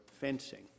fencing